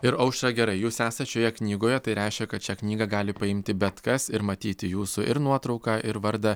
ir aušra gerai jūs esat šioje knygoje tai reiškia kad šią knygą gali paimti bet kas ir matyti jūsų ir nuotrauką ir vardą